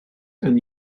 and